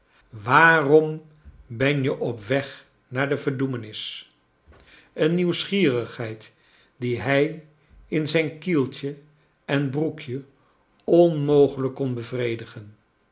waarom ben je op weg naar de verdoemenis een nieuwsgierigheid die hij in zijn kieltje en broekje onmogelijk kon bevredigen